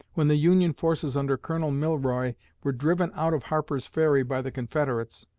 when the union forces under colonel milroy were driven out of harper's ferry by the confederates,